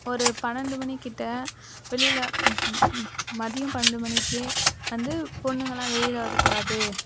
ஒரு பன்னெண்டு மணிகிட்ட வெளியில் மதியம் பன்னெண்டு மணிக்கு வந்து பொண்ணுங்களாம் வெளியில் வரக்கூடாது